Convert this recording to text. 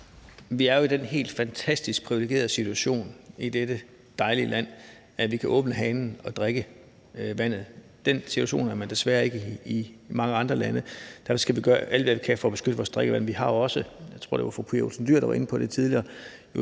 Vi er jo i den helt fantastisk privilegerede situation i dette dejlige land, at vi kan åbne hanen og drikke vandet. Den situation er man desværre ikke i i mange andre lande. Derfor skal vi gøre alt, hvad vi kan, for at beskytte vores drikkevand. Vi har jo også – jeg tror, det var fru Pia Olsen Dyhr, der var inde på det tidligere